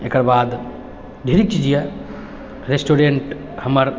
एकर बाद ढ़ेरिक चीज यऽ रेस्टोरेन्ट हमर